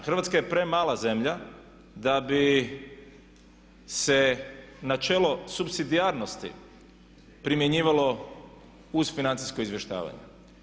Hrvatska je premala zemlja da bi se na čelo supsidijarnosti primjenjivalo uz financijsko izvještavanje.